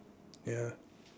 ya